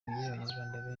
abanyarwanda